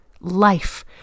life